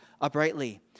uprightly